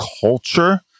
culture